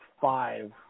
five